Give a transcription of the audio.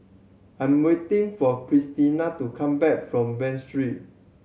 I'm waiting for Christiana to come back from Bain Street